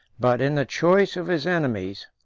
but in the choice of his enemies,